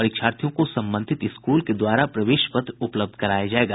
परीक्षार्थियों को संबंधित स्कूल के द्वारा प्रवेश पत्र उपलब्ध कराया जायेगा